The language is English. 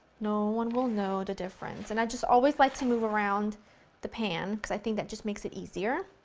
no one will know the difference. and i just always like to move around the pan because i think that just makes it easier.